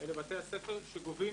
אלה בתי הספר שגובים